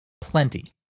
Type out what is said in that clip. Plenty